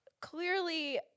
clearly